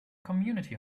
community